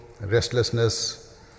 restlessness